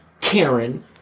Karen